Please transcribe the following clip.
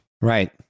Right